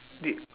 the